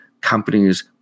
companies